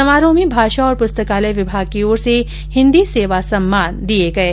समारोह में भाषा और पुस्तकालय विभाग की ओर से हिन्दी सेवा सम्मान दिऐ गये